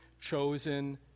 chosen